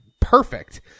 perfect